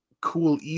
Cool